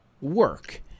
work